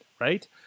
right